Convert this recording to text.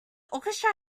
orchestra